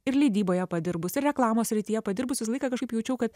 ir leidyboje padirbus ir reklamos srityje padirbus visą laiką kažkaip jaučiau kad